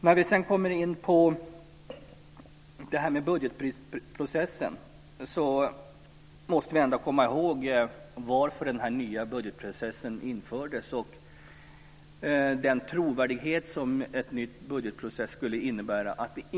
När vi kommer in på frågan om budgetprocessen måste vi komma ihåg varför den nya budgetprocessen infördes och den trovärdighet som en ny budgetprocess skulle innebära.